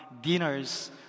dinners